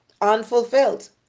unfulfilled